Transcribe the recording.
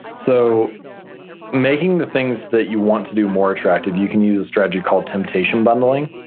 so making the things that you want to do more attractive, you can use a strategy called temptation bundling.